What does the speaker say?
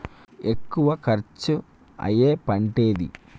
ఎక్కువ ఖర్చు అయ్యే పంటేది?